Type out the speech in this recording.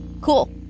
Cool